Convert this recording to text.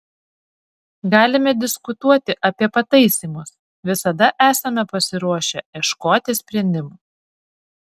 galime diskutuoti apie pataisymus visada esame pasiruošę ieškoti sprendimų